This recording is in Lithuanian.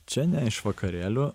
čia ne iš vakarėlių